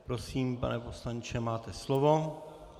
Prosím, pane poslanče, máte slovo.